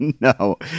No